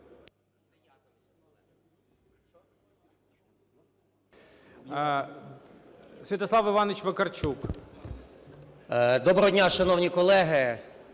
Добрий день, шановні колеги!